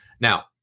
Now